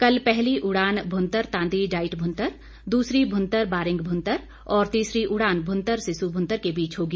कल पहली उड़ान भुंतर तांदी डाइट भुंतर दूसरी भुंतर बारिंग भुंतर और तीसरी उड़ान भुंतर सिसू भुंतर के बीच होगी